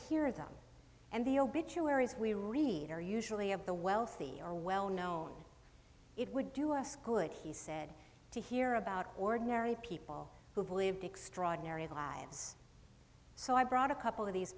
of them and the obituaries we read are usually of the wealthy or well known it would do us good he said to hear about ordinary people who've lived extraordinary lives so i brought a couple of these